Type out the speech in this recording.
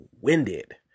winded